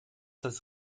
das